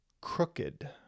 crooked